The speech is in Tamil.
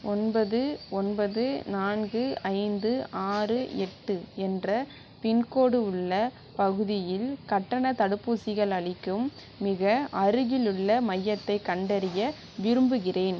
ஒன்பது ஒன்பது நான்கு ஐந்து ஆறு எட்டு என்ற பின்கோடு உள்ள பகுதியில் கட்டணத் தடுப்பூசிகள் அளிக்கும் மிக அருகிலுள்ள மையத்தைக் கண்டறிய விரும்புகிறேன்